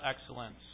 excellence